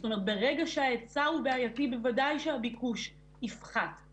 זאת אומרת שברגע שההיצע הוא בעייתי בוודאי שהשימוש יפחת.